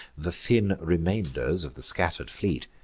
the thin remainders of the scatter'd fleet.